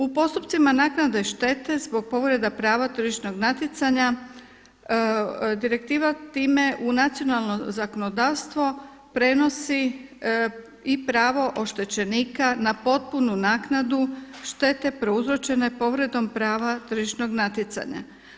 U postupcima naknade štete zbog povreda prava tržišnog natjecanja direktiva time u nacionalno zakonodavstvo prenosi i pravo oštećenika na potpunu naknadu štete prouzročene povredom prava tržišnog natjecanja.